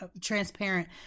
transparent